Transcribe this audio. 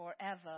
forever